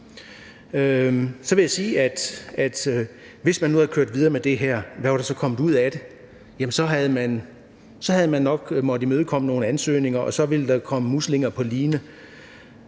Så vil jeg sige, at hvis man nu var kørt videre med det her, hvad var der så kommet ud af det? Så havde man nok måttet imødekomme nogle ansøgninger, og så ville der komme muslinger på line,